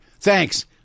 Thanks